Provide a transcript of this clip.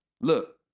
look